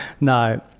no